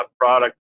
product